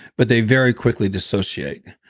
but they very quickly dissociate.